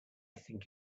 think